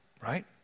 right